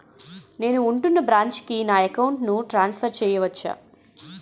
నేను ఉంటున్న బ్రాంచికి నా అకౌంట్ ను ట్రాన్సఫర్ చేయవచ్చా?